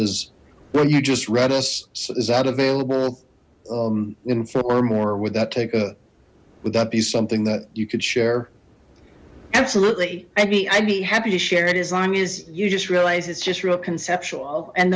is what you just read us is that available in firm or would that take a would that be something that you could share absolutely i mean i'd be happy to share it as long as you just realize it's just real conceptual and